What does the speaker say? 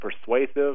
persuasive